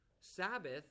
sabbath